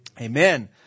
amen